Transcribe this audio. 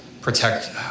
protect